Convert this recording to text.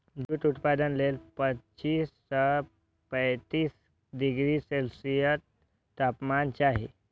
jute उत्पादन लेल पच्चीस सं पैंतीस डिग्री सेल्सियस तापमान चाही